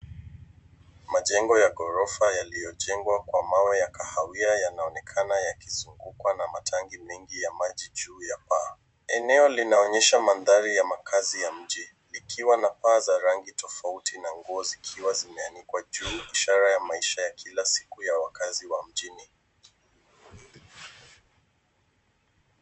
Majengo ya ghorofa yaliyojengwa kwa mawe ya kahawia yanaonekana yakizungukwa na matangi mengi ya maji juu ya paa. Eneo linaonyesha mandhari ya makazi ya mji ikiwa na paa za rangi tofauti na nguo zikiwa zimeanikwa juu ishara ya maisha ya kila siku ya wakaazi wa mjini.